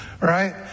right